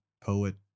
poet